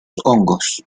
hongos